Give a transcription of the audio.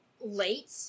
late